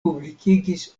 publikigis